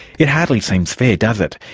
it hardly seems fair, does it?